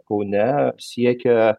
kaune siekia